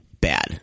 bad